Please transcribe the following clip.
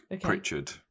Pritchard